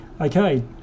Okay